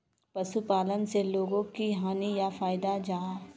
पशुपालन से लोगोक की हानि या फायदा जाहा?